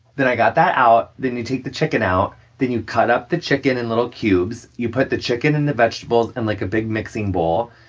then i got that out. then you take the chicken out. then you cut up the chicken in little cubes. you put the chicken and the vegetables in, like, a big mixing bowl.